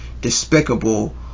despicable